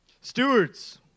Stewards